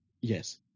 Yes